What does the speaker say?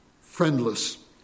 friendless